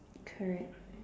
correct